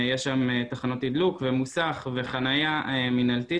יש היום תחנות תדלוק ומוסך וחנייה מנהלתית